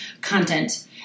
content